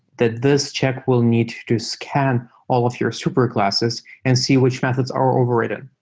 that this check will need to do scan all of your super classes and see which methods are overridden.